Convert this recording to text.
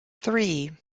three